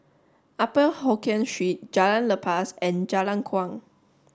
upper Hokkien Street Jalan Lepas and Jalan Kuang